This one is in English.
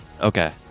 Okay